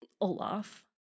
Olaf